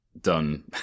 done